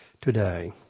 today